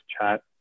chat